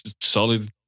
Solid